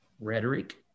rhetoric